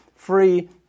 free